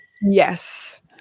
Yes